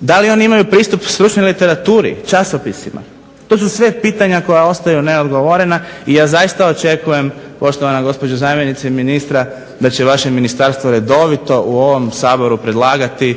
Da li oni imaju pristup stručnoj literaturi, časopisima? To su sve pitanja koja ostaju neodgovorena i ja zaista očekujem, poštovana gospođo zamjenice ministra, da će vaše ministarstvo redovito u ovom Saboru predlagati